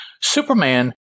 Superman